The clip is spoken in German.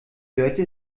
dörte